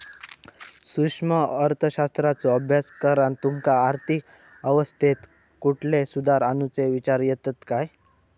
सूक्ष्म अर्थशास्त्राचो अभ्यास करान तुमका आर्थिक अवस्थेत कुठले सुधार आणुचे विचार येतत काय?